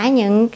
những